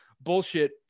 Bullshit